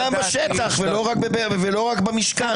גם בשטח ולא רק במשכן.